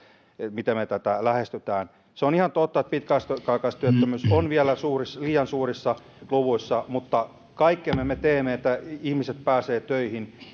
miten me tätä lähestymme on ihan totta että pitkäaikaistyöttömyys on vielä liian suurissa luvuissa mutta kaikkemme me me teemme että ihmiset pääsevät töihin